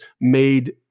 made